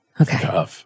Okay